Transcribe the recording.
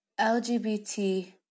LGBT